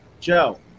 Joe